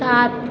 सात